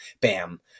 bam